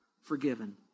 forgiven